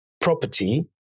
property